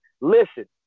listen